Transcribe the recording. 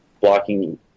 blocking